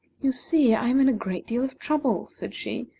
you see, i am in a great deal of trouble, said she.